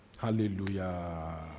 Hallelujah